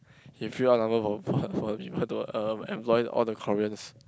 he fill up number for for for people to uh employ all the Koreans